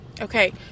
okay